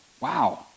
Wow